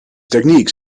techniques